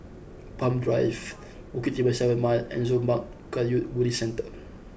Palm Drive Bukit Timah Seven Mile and Zurmang Kagyud Buddhist Centre